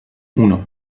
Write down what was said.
uno